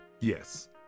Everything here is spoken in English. Yes